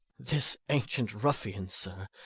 this ancient ruffian, sir,